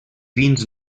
vins